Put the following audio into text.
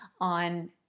on